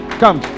come